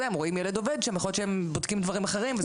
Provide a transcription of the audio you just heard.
הם רואים ילד עובד ויכול להיות שהם בודקים דברים אחרים.